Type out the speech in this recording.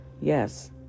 Yes